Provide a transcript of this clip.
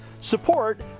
support